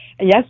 Yes